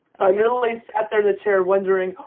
literally sat there in the chair wondering,